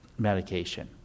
medication